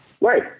Right